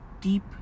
deep